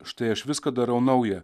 štai aš viską darau nauja